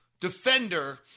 defender